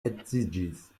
edziĝis